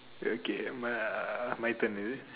okay my uh my turn is it